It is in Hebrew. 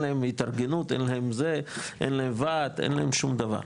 אין להם התארגנות, אין להם ועד, אין להם שום דבר.